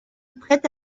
prête